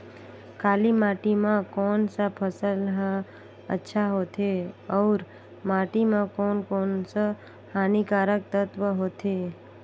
काली माटी मां कोन सा फसल ह अच्छा होथे अउर माटी म कोन कोन स हानिकारक तत्व होथे?